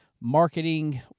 Marketing